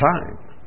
time